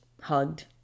hugged